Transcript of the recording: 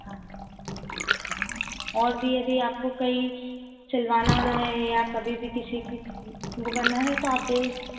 हाँ जी ठीक और भी यदि आपको कई सिलवाना रहे या कभी भी किसी की वो करना रहे तो आप बे